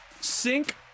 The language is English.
sink